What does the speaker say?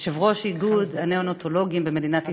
יושב-ראש איגוד הנאונטולוגים במדינת ישראל,